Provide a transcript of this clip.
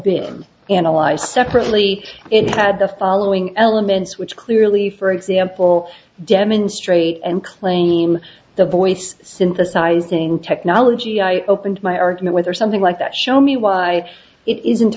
been analyzed separately it had the following elements which clearly for example demonstrate and claim the voice synthesizing technology i opened my argument with or something like that show me why it isn't